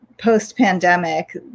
post-pandemic